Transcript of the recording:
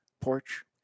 porch